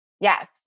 Yes